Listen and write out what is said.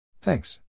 Thanks